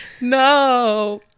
no